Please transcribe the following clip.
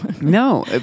No